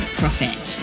profit